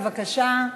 בבקשה.